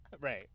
right